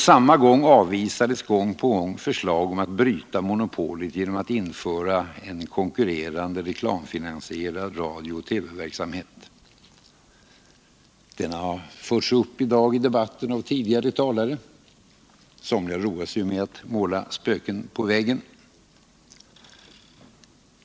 Samtidigt avvisades gång på gång förslag om att bryta monopolet genom att införa en konkurrerande reklamfinansierad radiooch TV-verksamhet. Denna har tagits upp i dagens debatt av tidigare talare. Somliga roar sig ju med att måla spöken på väggen.